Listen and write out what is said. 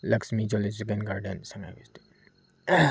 Lakshmi zoological garden Sangai festival